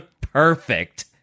perfect